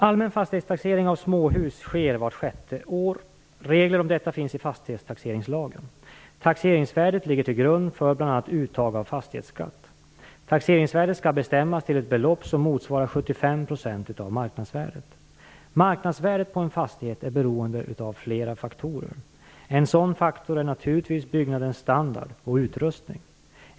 Allmän fastighetstaxering av småhus sker vart sjätte år. Regler om detta finns i fastighetstaxeringslagen. Taxeringsvärdet ligger till grund för bl.a. uttag av fastighetsskatt. Taxeringsvärdet skall bestämmas till ett belopp som motsvarar 75 % av marknadsvärdet. Marknadsvärdet på en fastighet är beroende av flera faktorer. En sådan faktor är naturligtvis byggnadens standard och utrustning.